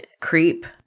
Creep